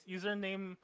Username